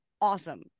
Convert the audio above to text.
Awesome